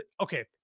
Okay